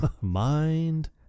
Mind